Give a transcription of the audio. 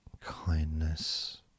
kindness